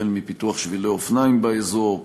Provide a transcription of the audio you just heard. החל מפיתוח שבילי אופניים באזור,